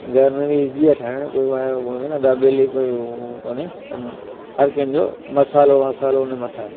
घर में बि ईज़ी आहे ठाहिणु कोई वाए कोई दाबेली कोई उ कोने पर हर कंहिं जो मसालो मसालो उन मथां आहे